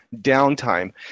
downtime